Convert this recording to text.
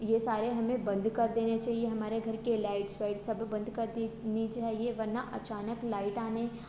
ये सारे हमें बंद कर देने चाहिए हमारे घर के लाइट्स व्हाइटस सब बंद कर देने चाहिए वरना अचानक लाइट आने